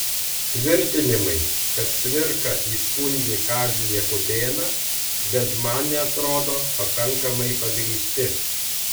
tvirtinimai kad cvirka įskundė kazį jakubėną bent man neatrodo pakankamai pagrįsti